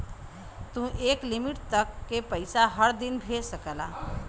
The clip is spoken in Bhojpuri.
तू एक लिमिट तक के पइसा हर दिन भेज सकला